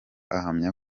ahamya